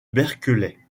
berkeley